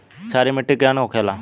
क्षारीय मिट्टी केहन होखेला?